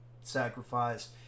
sacrificed